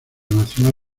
nacional